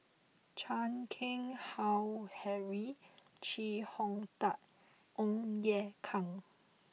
Chan Keng Howe Harry Chee Hong Tat and Ong Ye Kung